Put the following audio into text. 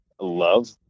love